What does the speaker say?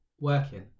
working